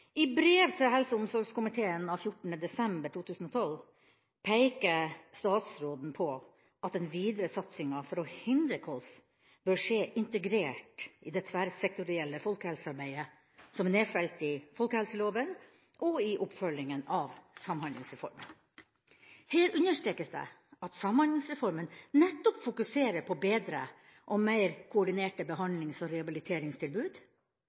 I brev til helse- og omsorgskomiteen av 14. desember 2012 peker statsråden på at den videre satsinga for å hindre kols bør skje integrert i det tverrsektorielle folkehelsearbeidet som er nedfelt i folkehelseloven, og i oppfølginga av Samhandlingsreformen. Her understrekes det at Samhandlingsreformen nettopp fokuserer på bedre og mer koordinerte behandlings- og rehabiliteringstilbud.